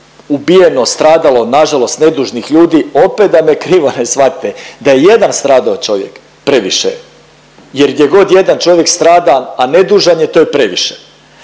ubijeno, stradalo nažalost nedužnih ljudi opet da me krivo ne shvatite, da je jedan stradao čovjek previše je jer gdje god jedan čovjek strada, a nedužan je to je previše,